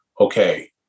okay